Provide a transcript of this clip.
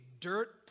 dirt